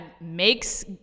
makes